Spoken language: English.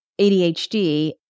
ADHD